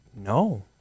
No